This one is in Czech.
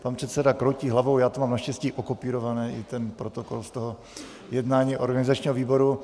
Pan předseda kroutí hlavou, já to mám naštěstí okopírované , i ten protokol z jednání organizačního výboru.